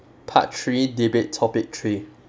part three debate topic three